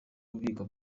ububiko